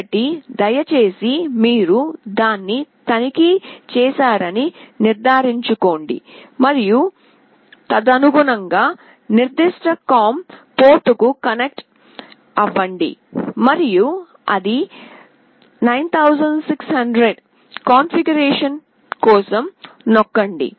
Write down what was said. కాబట్టి దయచేసి మీరు దాన్ని తనిఖీ చేశారని నిర్ధారించుకోండి మరియు తదనుగుణంగా నిర్దిష్ట కామ్ పోర్ట్కు కనెక్ట్ అవ్వండి మరియు ఇది 9600 కాన్ఫిగరేషన్ కోసం నొక్కండి